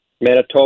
Manitoba